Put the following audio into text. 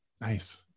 nice